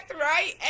right